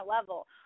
level